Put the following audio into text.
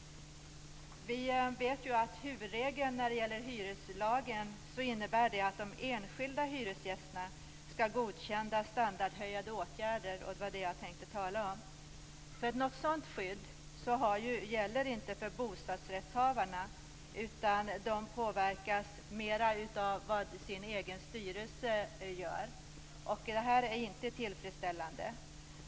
Huvudregeln i hyreslagen i den fråga som jag tänkte tala om innebär att de enskilda hyresgästerna skall godkänna standardhöjande åtgärder. Något sådant skydd gäller inte för bostadsrättshavare, utan deras förhållanden påverkas mera av vad den egna styrelsen gör. Detta är inte tillfredsställande.